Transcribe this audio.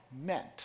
meant